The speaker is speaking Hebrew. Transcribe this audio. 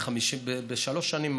בשלוש שנים,